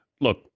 Look